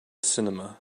cinema